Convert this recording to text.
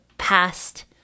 past